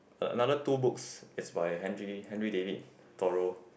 another two books is by Henry Henry David Thoreau